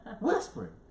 Whispering